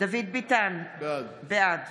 דוד ביטן, בעד